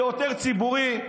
כעותר ציבורי,